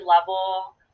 level